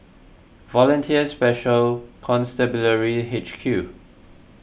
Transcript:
Volunteer Special Constabulary H Q